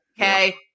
Okay